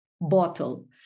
bottle